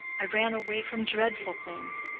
i ran away from dreadful things.